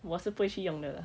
我是不会去用的